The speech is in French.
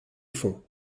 fonds